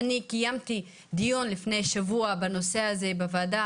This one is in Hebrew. אני קיימתי דיון לפני שבוע בנושא הזה בוועדה